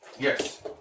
Yes